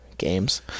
games